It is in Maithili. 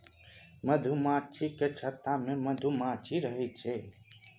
मधुमाछी केर छत्ता मे मधुमाछी रहइ छै